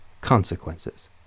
consequences